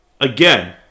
again